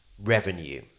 revenue